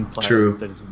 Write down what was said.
True